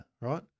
Right